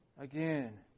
Again